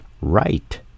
right